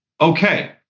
Okay